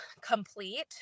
complete